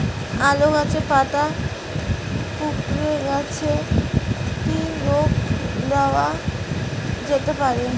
আলু গাছের পাতা কুকরে গেছে কি ঔষধ দেওয়া যেতে পারে?